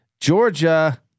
Georgia